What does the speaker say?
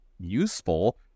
useful